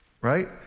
Right